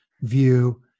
view